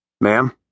Ma'am